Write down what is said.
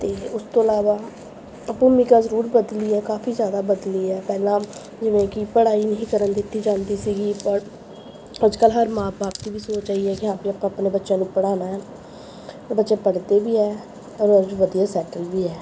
ਅਤੇ ਉਸ ਤੋਂ ਇਲਾਵਾ ਭੂਮਿਕਾ ਜ਼ਰੂਰ ਬਦਲੀ ਹੈ ਕਾਫ਼ੀ ਜ਼ਿਆਦਾ ਬਦਲੀ ਹੈ ਪਹਿਲਾਂ ਜਿਵੇਂ ਕਿ ਪੜ੍ਹਾਈ ਨਹੀਂ ਕਰਨ ਦਿੱਤੀ ਜਾਂਦੀ ਸੀਗੀ ਪਰ ਅੱਜ ਕੱਲ੍ਹ ਹਰ ਮਾਂ ਬਾਪ ਦੀ ਵੀ ਸੋਚ ਇਹ ਹੀ ਵੀ ਆਪਾਂ ਆਪਣੇ ਬੱਚਿਆਂ ਨੂੰ ਪੜ੍ਹਾਉਣਾ ਹੈ ਅਤੇ ਬੱਚੇ ਆ ਪੜ੍ਹਦੇ ਵੀ ਹੈ ਔਰ ਵਧੀਆ ਸੈਟਲ ਵੀ ਹੈ